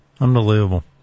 Unbelievable